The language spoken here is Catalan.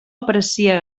aprecia